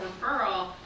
referral